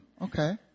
okay